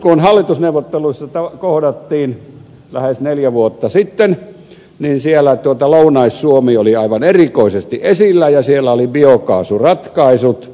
kun hallitusneuvotteluissa kohdattiin lähes neljä vuotta sitten niin siellä lounais suomi oli aivan erikoisesti esillä ja siellä oli biokaasuratkaisut